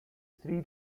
three